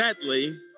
sadly